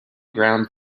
ground